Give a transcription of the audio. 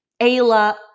Ayla